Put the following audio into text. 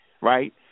right